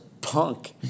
punk